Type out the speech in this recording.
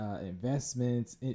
investments